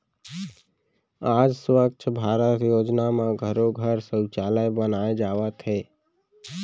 आज स्वच्छ भारत योजना म घरो घर सउचालय बनाए जावत हे